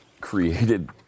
created